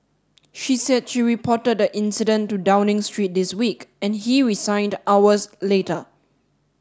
she said she reported the incident to Downing Street this week and he resigned hours later